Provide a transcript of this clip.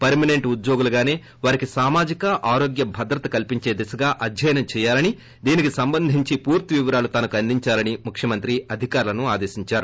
permanent ఉద్యోగుల్లాగానే వారికి సామాజిక ఆరోగ్య భద్రత కల్సించే దిశగా అధ్యయనం చేయాలని దీనికి సంబంధించి పూర్తి వివరాలు తనకు అందించాలని ముఖ్యమంత్రి అధికారుల్పి ఆదేశించారు